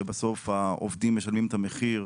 ובסוף העובדים משלמים את המחיר,